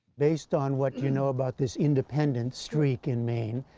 based on what you know about this independent streak in maine,